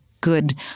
good